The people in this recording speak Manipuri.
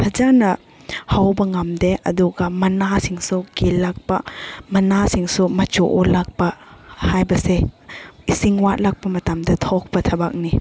ꯐꯖꯅ ꯍꯧꯕ ꯉꯝꯗꯦ ꯑꯗꯨꯒ ꯃꯅꯥꯁꯤꯡꯁꯨ ꯀꯦꯜꯂꯛꯄ ꯃꯅꯥꯁꯤꯡꯁꯨ ꯃꯆꯨ ꯑꯣꯜꯂꯛꯄ ꯍꯥꯏꯕꯁꯦ ꯏꯁꯤꯡ ꯋꯥꯠꯂꯛꯄ ꯃꯇꯝꯗ ꯊꯣꯛꯄ ꯊꯕꯛꯅꯤ